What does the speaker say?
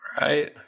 Right